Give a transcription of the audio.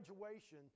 graduation